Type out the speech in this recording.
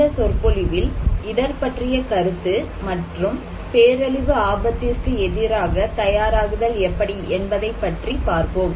இந்த சொற்பொழிவில் இடர் பற்றிய கருத்து மற்றும் பேரழிவு ஆபத்திற்கு எதிராக தயாராகுதல் எப்படி என்பதைப் பற்றி பார்ப்போம்